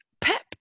Pep